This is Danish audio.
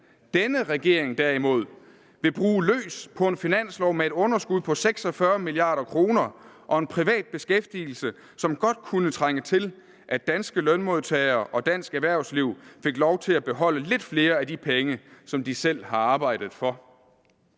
Denne regering vil derimod bruge løs på en finanslov med et underskud på 46 mia. kr. og en privat beskæftigelse, som godt kunne trænge til, at danske lønmodtagere og dansk erhvervsliv fik lov til at beholde lidt flere af de penge, som de selv har arbejdet for.